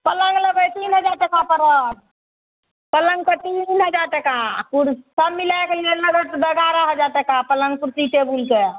पलङ्ग लेबय तीन हजार टाका पड़त पलङ्गके तीन हजार टाका कुर सब मिलायकऽ लेबय तऽ एगारह हजार टाका पलङ्ग कुर्सी टेबुलके